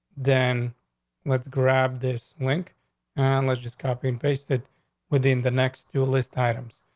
then let's grab this link and let's just copy and paste it within the next two list items.